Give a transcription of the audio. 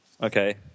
Okay